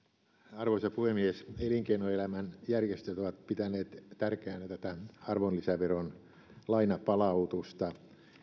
arvoisa puhemies elinkeinoelämän järjestöt ovat pitäneet tärkeänä tätä arvonlisäveron lainapalautusta